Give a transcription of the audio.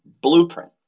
blueprint